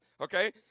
okay